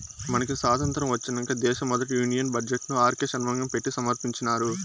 మనకి సాతంత్రం ఒచ్చినంక దేశ మొదటి యూనియన్ బడ్జెట్ ను ఆర్కే షన్మగం పెట్టి సమర్పించినారు